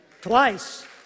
twice